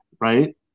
right